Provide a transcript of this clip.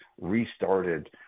restarted